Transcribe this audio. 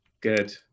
Good